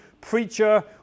preacher